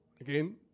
again